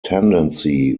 tendency